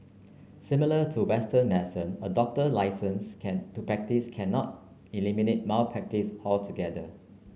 similar to Western medicine a doctor licence can to practise cannot eliminate malpractice altogether